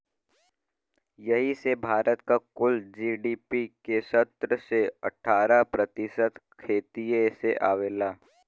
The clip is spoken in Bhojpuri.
यही से भारत क कुल जी.डी.पी के सत्रह से अठारह प्रतिशत खेतिए से आवला